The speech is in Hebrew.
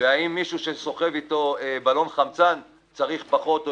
והאם מישהו שסוחב איתו בלון חמצן צריך פחות או